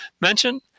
mention